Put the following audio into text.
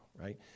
right